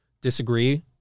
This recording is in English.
disagree